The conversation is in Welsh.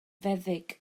feddyg